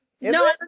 No